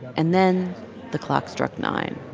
and then the clock struck nine